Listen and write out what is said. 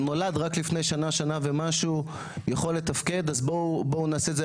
נולד רק לפני שנה ומשהו יכול תפקד אז בואו נעשה את זה.